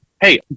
hey